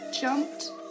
jumped